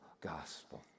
gospel